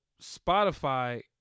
Spotify